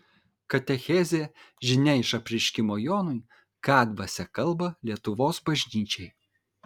katechezė žinia iš apreiškimo jonui ką dvasia kalba lietuvos bažnyčiai